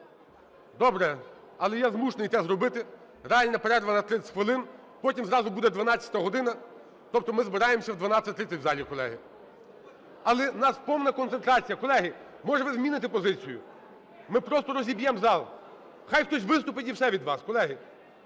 Добре. Але я змушений це зробити: реальна перерва на 30 хвилин. Потім зразу буде 12 година, тобто ми збираємося о 12:30 в залі, колеги. Але у нас повна концентрація. Колеги, може, ви зміните позицію? Ми просто розіб'ємо зал. Хай хтось виступить - і все, від вас, колеги.